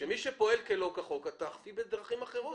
מי שפועל שלא כחוק, את תאכפי בדרכים אחרות.